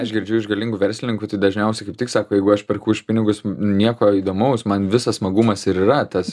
aš girdžiu iš galingų verslininkų tai dažniausiai kaip tik sako jeigu aš perku už pinigus nieko įdomaus man visas smagumas ir yra tas